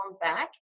back